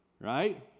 right